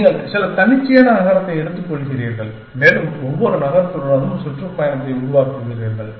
நீங்கள் சில தன்னிச்சையான நகரத்தை எடுத்துக்கொள்கிறீர்கள் மேலும் ஒவ்வொரு நகரத்துடனும் சுற்றுப்பயணங்களை உருவாக்குகிறீர்கள்